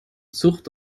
zucht